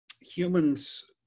humans